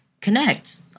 connect